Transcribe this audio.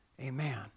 Amen